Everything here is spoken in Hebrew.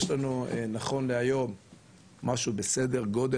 יש לנו נכון להיום משהו בסדר גודל,